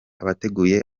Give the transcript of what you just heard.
abateguye